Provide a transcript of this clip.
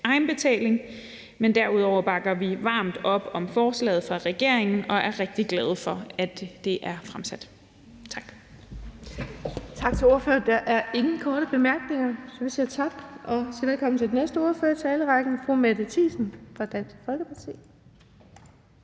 egenbetaling. Men derudover bakker vi varmt op om forslaget fra regeringen og er rigtig glade for, at det er fremsat. Tak. Kl. 12:30 Den fg. formand (Birgitte Vind): Tak til ordføreren. Der er ingen korte bemærkninger. Velkommen til den næste ordfører i talerrækken, fru Mette Thiesen fra Dansk Folkeparti.